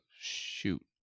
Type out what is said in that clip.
Shoot